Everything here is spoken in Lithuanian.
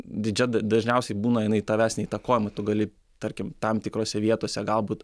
didžia dažniausiai būna jinai tavęs neįtakojama tu gali tarkim tam tikrose vietose galbūt